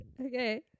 Okay